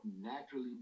naturally